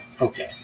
Okay